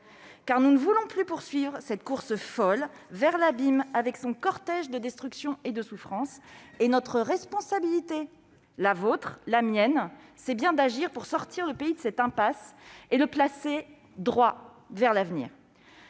Nous ne voulons plus poursuivre cette course folle vers l'abîme, avec son cortège de destruction et de souffrances. Il est de notre responsabilité- la vôtre et la mienne -d'agir pour sortir le pays de cette impasse et le placer droit vers l'avenir.